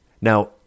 Now